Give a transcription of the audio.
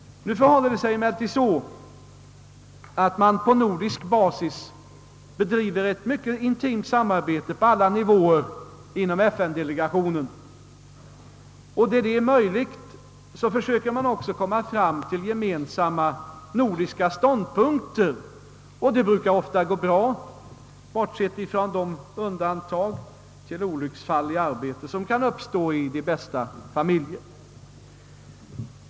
Nu förhåller det sig emellertid så att man på nordisk basis bedriver ett mycket intimt samarbete på alla nivåer inom FN-delegationen. Där det är möjligt försöker man också att komma fram till gemensamma nordiska ståndpunkter, och det brukar ofta gå bra, bortsett från de undantag som utgör olycksfall i arbetet.